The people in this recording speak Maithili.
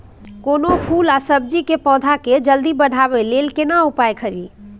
कोनो फूल आ सब्जी के पौधा के जल्दी बढ़ाबै लेल केना उपाय खरी?